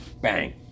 bang